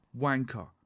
WANKER